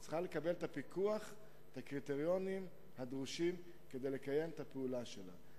צריכה לקבל את הפיקוח ואת הקריטריונים הדרושים כדי לקיים את הפעולה שלה.